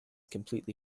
completely